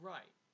Right